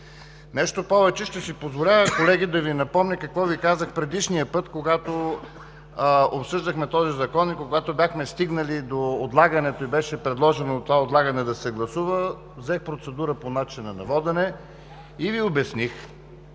Нещо повече, ще си позволя, колеги, да Ви напомня какво Ви казах предишния път, когато обсъждахме този закон, и когато бяхме стигнали до отлагането и беше предложено това отлагане да се гласува, взех процедура по начина на водене и Ви обясних